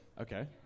Okay